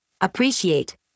appreciate